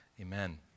Amen